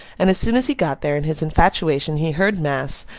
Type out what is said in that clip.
and as soon as he got there, in his infatuation, he heard mass,